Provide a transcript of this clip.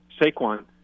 Saquon